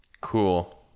cool